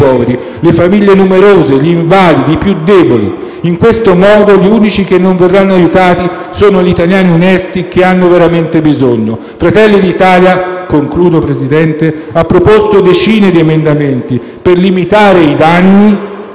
le famiglie numerose, gli invalidi, e i più deboli. In questo modo, gli unici che non verranno aiutati sono gli italiani onesti che hanno veramente bisogno. Fratelli d'Italia ha proposto decine di emendamenti per limitare i danni